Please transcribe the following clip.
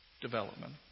development